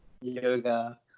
yoga